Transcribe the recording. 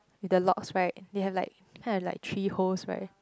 with the logs right they have like kinda like three holes right